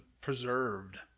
preserved